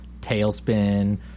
Tailspin